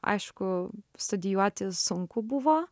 aišku studijuoti sunku buvo